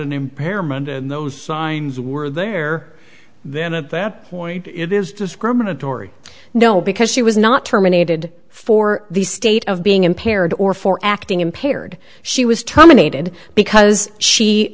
an impairment and those signs were there then at that point it is discriminatory no because she was not terminated for the state of being impaired or for acting impaired she was terminated because she